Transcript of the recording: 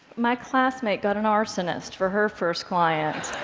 my classmate got an arsonist for her first client.